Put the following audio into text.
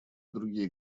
другие